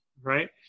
Right